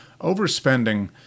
overspending